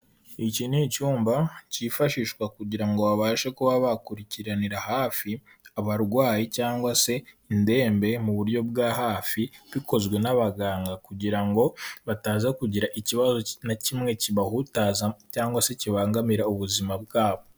Iki ni icyumba cyifashishwa kugira ngo babashe kuba bakurikiranira hafi, abarwayi cyangwa se indembe mu buryo bwa hafi, bikozwe n'abaganga kugira ngo bataza kugira ikibazo na kimwe kibahutaza cyangwa se kibangamira ubuzima bwabo.